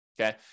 okay